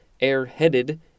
Air-headed